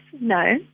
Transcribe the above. no